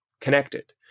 connected